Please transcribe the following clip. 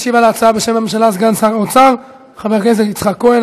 משיב על ההצעה בשם הממשלה סגן שר האוצר חבר הכנסת יצחק כהן.